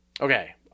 Okay